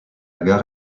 gare